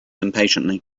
impatiently